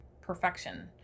perfection